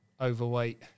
overweight